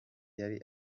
yari